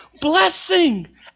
blessing